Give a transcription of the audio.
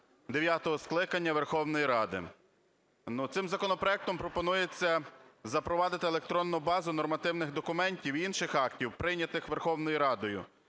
скликання Верховної Ради. Цим законопроектом пропонується запровадити електронну базу нормативних документів і інших актів, прийнятих Верховною Радою,